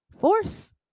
force